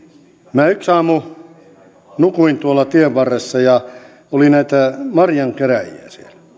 minä yhtenä aamuna nukuin tuolla tien varressa ja siellä oli näitä marjankerääjiä